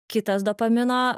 kitas dopamino